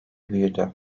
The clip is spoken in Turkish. büyüdü